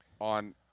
on